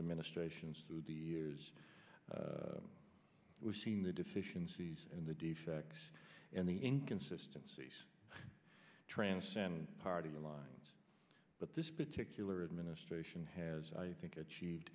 administrations through the years we've seen the deficiencies and the defects and the inconsistency transcend party lines but this particular administration has i think a cheat